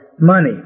money